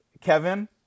Kevin